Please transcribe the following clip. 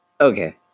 okay